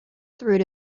through